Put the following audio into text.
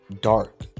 dark